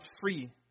free